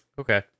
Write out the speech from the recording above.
Okay